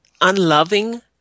unloving